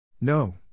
No